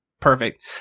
Perfect